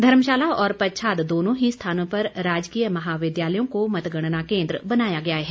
धर्मशाला और पच्छाद दोनों ही स्थानों पर राजकीय महाविद्यालयों को मतगणना केन्द्र बनाया गया है